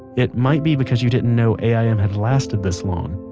it might be because you didn't know aim had lasted this long,